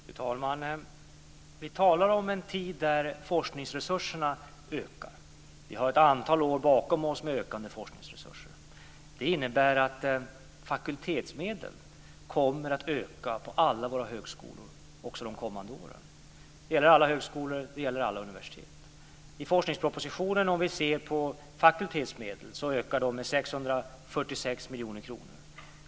Fru talman! Vi talar om en tid där forskningsresurserna ökar. Vi har ett antal år bakom oss med ökande forskningsresurser. Det innebär att fakultetsmedel kommer att öka på alla våra högskolor också de kommande åren. Det gäller alla högskolor och alla universitet. Om vi ser på fakultetsmedel i forskningspropositionen ökar de med 646 miljoner kronor.